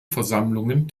versammlungen